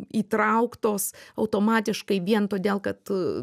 įtrauktos automatiškai vien todėl kad